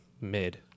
mid